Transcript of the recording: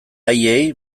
haiei